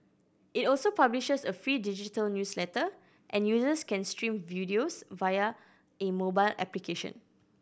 it also publishes a free digital newsletter and users can stream videos via a mobile application